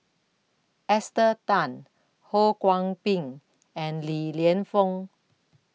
Esther Tan Ho Kwon Ping and Li Lienfung